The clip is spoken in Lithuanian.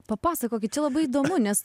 papasakokit čia labai įdomu nes